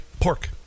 pork